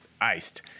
iced